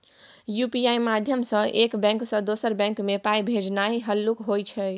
UPI माध्यमसँ एक bank सँ दोसर बैंक मे पाइ भेजनाइ हल्लुक होइ छै